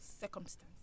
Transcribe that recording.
circumstance